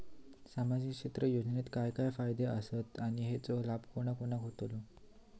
सामजिक क्षेत्र योजनेत काय काय फायदे आसत आणि हेचो लाभ कोणा कोणाक गावतलो?